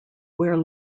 where